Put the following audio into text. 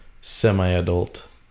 semi-adult